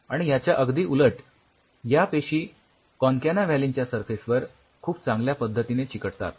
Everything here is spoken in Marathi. आणि याच्या अगदी उलट या पेशी कॉनकॅनाव्हॅलीन च्या सरफेस वर खूप चांगल्या पद्धतीने चिकटतात